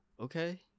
okay